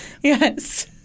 Yes